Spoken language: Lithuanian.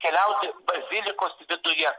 keliauti bazilikos viduje